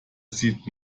sieht